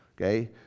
okay